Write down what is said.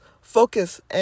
focus